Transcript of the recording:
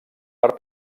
per